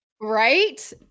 Right